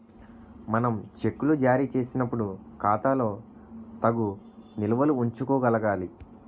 మనం చెక్కులు జారీ చేసినప్పుడు ఖాతాలో తగు నిల్వలు ఉంచుకోగలగాలి